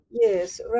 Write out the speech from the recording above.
yes